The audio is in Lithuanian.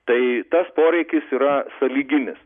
tai tas poreikis yra sąlyginis